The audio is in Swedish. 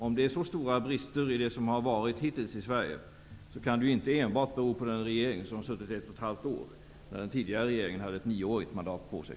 Om det är så stora brister i det som har varit hittills i Sverige, kan det inte enbart bero på den regering som har suttit ett och ett halvt år, när den tidigare regeringen hade ett nioårigt mandat på sig.